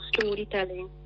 storytelling